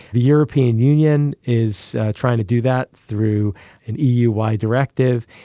the european union is trying to do that through an eu wide directive.